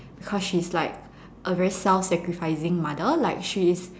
because she's like a very self sacrificing mother like she is